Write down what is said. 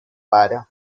pare